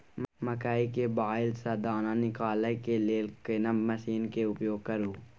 मकई के बाईल स दाना निकालय के लेल केना मसीन के उपयोग करू?